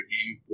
Game